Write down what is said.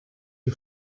die